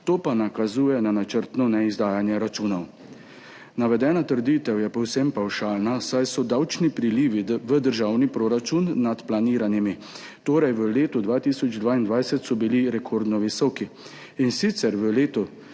to pa nakazuje na načrtno neizdajanje računov. Navedena trditev je povsem pavšalna, saj so davčni prilivi v državni proračun nad planiranimi, torej v letu 2022 so bili rekordno visoki. In sicer je v letu